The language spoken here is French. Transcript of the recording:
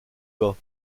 bas